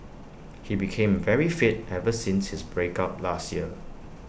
he became very fit ever since his break up last year